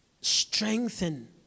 Strengthen